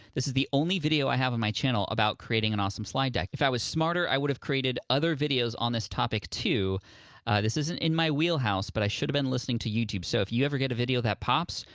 this is the only video i have on my channel about creating an awesome slide deck. if i was smarter, i would have created other videos on this topic too this isn't in my wheelhouse but i should have been listening to youtube so if you ever get a video that pops,